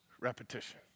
repetition